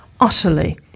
utterly